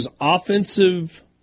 offensive